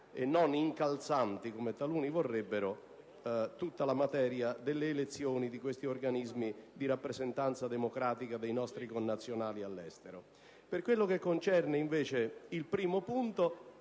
e non incalzanti (come taluni vorrebbero) tutta la materia delle elezioni di questi organismi di rappresentanza democratica dei nostri connazionali all'estero. Per quello che concerne, invece, il primo punto